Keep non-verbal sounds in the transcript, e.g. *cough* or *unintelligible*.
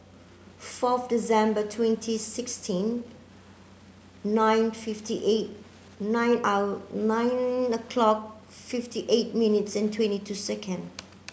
fourth December twenty sixteen nine fifty eight nine *unintelligible* nine o'clock fifty eight minutes and twenty two second